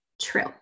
True